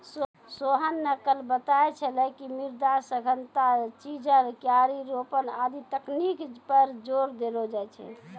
सोहन न कल बताय छेलै कि मृदा सघनता, चिजल, क्यारी रोपन आदि तकनीक पर जोर देलो जाय छै